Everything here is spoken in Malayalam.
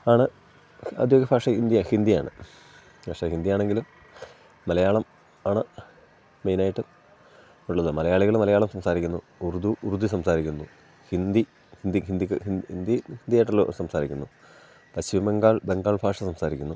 ആണ് ഔദ്യോഗിക ഭാഷ ഇന്ത് ഹിന്ദിയാണ് പക്ഷേ ഹിന്ദി ആണെങ്കിലും മലയാളം ആണ് മെയിനായിട്ട് ഉള്ളത് മലയാളികൾ മലയാളം സംസാരിക്കുന്നു ഉറദു ഉറുദു സംസാരിക്കുന്നു ഹിന്ദി ഹിന്ദി ഹിന്ദി ഹിന്ദി ഹിന്ദിയായിട്ടുള്ള സംസാരിക്കുന്നു പശ്ചിം ബംഗാൾ ബംഗാൾ ഭാഷ സംസാരിക്കുന്നു